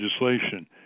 legislation